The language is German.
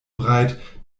breit